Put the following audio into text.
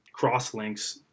crosslinks